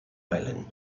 island